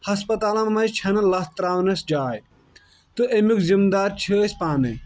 ہسپتالن منٛز چھےٚ نہٕ لَتھٕ تراونَس جاے تہٕ اَمیُک زَمہٕ دار چھِ أسۍ پانے